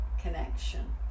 connection